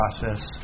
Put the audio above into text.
process